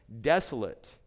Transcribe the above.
desolate